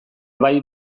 bai